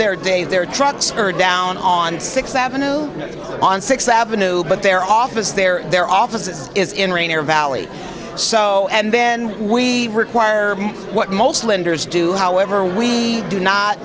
their day their trucks are down on sixth avenue on sixth avenue but their offices there their offices is in rain or valley so and then we require what most lenders do however we do not